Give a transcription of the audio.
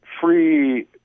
Free